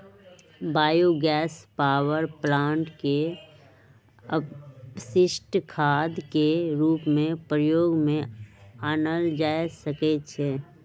bio gas power plant के अपशिष्ट खाद के रूप में प्रयोग में आनल जा सकै छइ